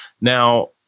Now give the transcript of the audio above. Now